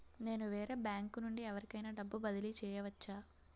నేను వేరే బ్యాంకు నుండి ఎవరికైనా డబ్బు బదిలీ చేయవచ్చా?